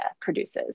produces